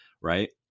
Right